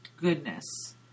goodness